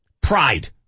Pride